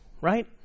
right